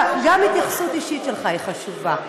גם התייחסות אישית שלך היא חשובה.